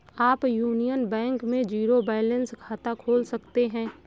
आप Union Bank में zero balance खाता खोल सकते हैं